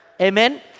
Amen